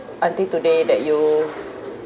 until today that you